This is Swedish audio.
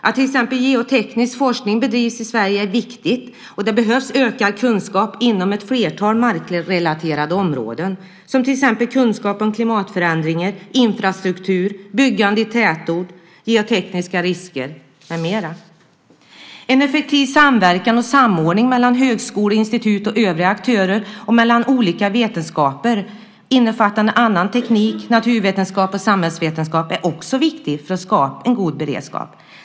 Att till exempel geoteknisk forskning bedrivs i Sverige är viktigt, och det behövs ökad kunskap inom ett flertal markrelaterade områden - kunskap om klimatförändringar, infrastruktur, byggande i tätort, geotekniska risker med mera. En effektiv samverkan och samordning mellan högskolor, institut och övriga aktörer samt mellan olika vetenskaper, innefattande annan teknik, naturvetenskap och samhällsvetenskap, är också viktigt för att skapa en god beredskap.